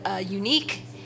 unique